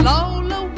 Lola